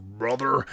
brother